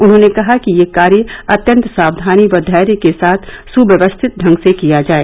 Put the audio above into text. उन्होंने कहा कि यह कार्य अत्यन्त साक्यानी व धैर्य के साथ सुव्यवस्थित ढंग से किया जाए